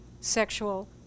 sexual